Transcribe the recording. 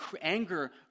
anger